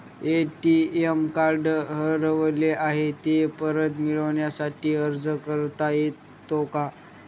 ATM card हरवले आहे, ते परत मिळण्यासाठी अर्ज करता येतो का?